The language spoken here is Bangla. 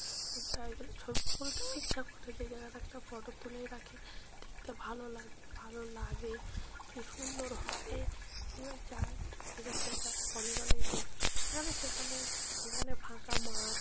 যেসব জায়গায় গেলে ছবি তুলতেও ইচ্ছা করে যে জায়গার একটা ফটো তুলে রাখি দেখতে ভালো লাগবে ভালো লাগে কী সুন্দর হবে আমরা যাই যেসব জায়গা অনেক অনেক জায়গা সেখানে সেখানে যেখানে ফাঁকা মাঠ